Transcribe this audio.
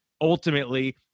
ultimately